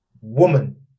woman